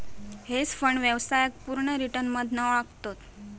hedge fund व्यवसायाक पुर्ण return मधना ओळखतत